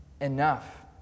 enough